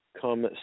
come